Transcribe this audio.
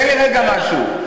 תן לי רגע לומר משהו.